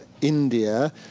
India